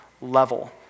level